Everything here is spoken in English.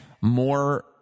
more